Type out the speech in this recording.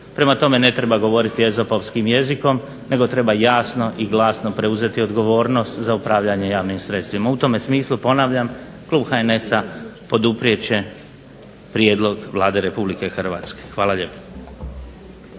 Prema tome ne treba govoriti ezopovskim jezikom nego treba jasno i glasno preuzeti odgovornost za upravljanje javnim sredstvima. U tome smislu ponavljam klub HNS-a poduprijet će prijedlog Vlade RH. Hvala lijepo.